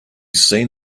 seen